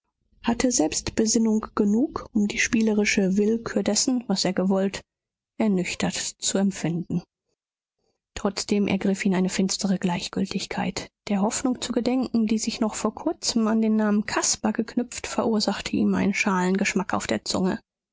hatte selbstbesinnung genug um die spielerische willkür dessen was er gewollt ernüchtert zu empfinden trotzdem ergriff ihn eine finstere gleichgültigkeit der hoffnungen zu gedenken die sich noch vor kurzem an den namen caspar geknüpft verursachte ihm einen schalen geschmack auf der zunge